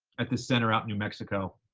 at this center out in new mexico.